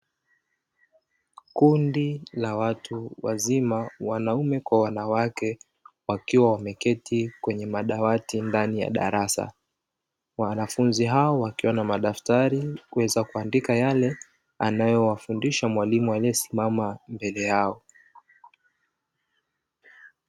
Kundi la watu wazima wanaume kwa wanawake wakiwa wameketi kwenye madawati ndani ya darasa, wanafunzi hao wakiwa na madaftari kuweza kuandika yale anayoyafundisha mwalimu aliyesimama mbele yao.